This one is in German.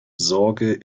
sorge